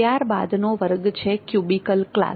ત્યારબાદનો વર્ગ છે cubical class